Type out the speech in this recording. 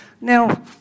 Now